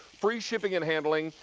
free shipping and handling.